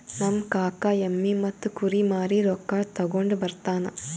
ನಮ್ ಕಾಕಾ ಎಮ್ಮಿ ಮತ್ತ ಕುರಿ ಮಾರಿ ರೊಕ್ಕಾ ತಗೊಂಡ್ ಬರ್ತಾನ್